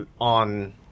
on